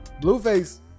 Blueface